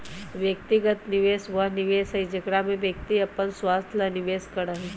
व्यक्तिगत निवेश वह निवेश हई जेकरा में व्यक्ति अपन स्वार्थ ला निवेश करा हई